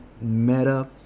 meta